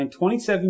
27